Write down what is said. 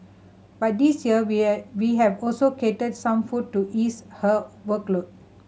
but this year we we have also catered some food to ease her workload